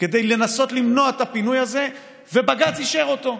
כדי לנסות למנוע את הפינוי הזה, ובג"ץ אישר אותו.